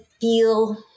feel